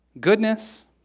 Goodness